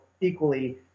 equally